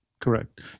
Correct